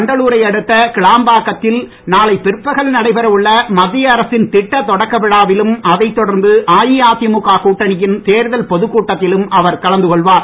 வண்டலூரை அடுத்த கிளாம்பாக்கத்தில் நாளை பிற்பகல் நடைபெற உள்ள மத்திய அரசின் திட்ட தொடக்க விழாவிலும் அதைத் தொடர்ந்து அஇஅதிமுக கூட்டணியின் தேர்தல் பொதுக் கூட்டத்திலும் அவர் கலந்து கொள்வார்